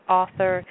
author